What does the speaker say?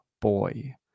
Boy